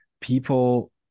people